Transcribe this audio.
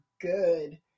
good